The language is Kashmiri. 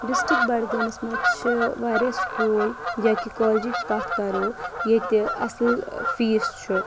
ڈِسٹرکٹ بڈگٲمِس منٛز چھِ واریاہ سکوٗل یا کہ کالجِچ کَتھ کَرو ییٚتہِ اَصٕل فیٖس چھُ